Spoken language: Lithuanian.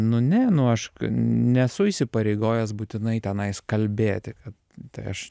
nu ne nu ašk nesu įsipareigojęs būtinai tenais kalbėti kad tai aš